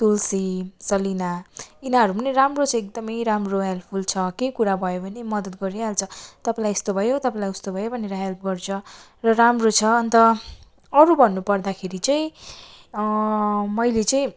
तुलसी सलिना यिनीहरू पनि राम्रो छ एकदमै राम्रो हेल्पफुल छ केही कुरा भयो भने मद्दत गरिहाल्छ तपाईँलाई यस्तो भयो तपाईँलाई उस्तो भयो भनेर हेल्प गर्छ र राम्रो छ अन्त अरू भन्नु पर्दाखेरि चाहिँ मैले चाहिँ